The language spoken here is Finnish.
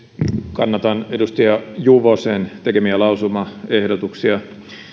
kannatan edustaja juvosen tekemiä lausumaehdotuksia